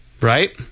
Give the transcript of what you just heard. right